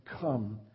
come